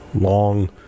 long